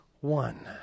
one